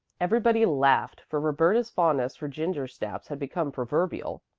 everybody laughed, for roberta's fondness for gingersnaps had become proverbial.